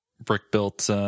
brick-built